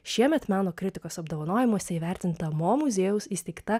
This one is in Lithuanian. šiemet meno kritikos apdovanojimuose įvertinta mo muziejaus įsteigta